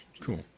cool